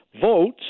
Votes